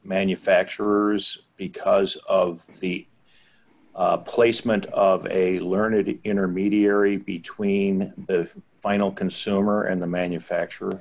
manufacturers because of the placement of a learned intermediary between the final consumer and the manufacturer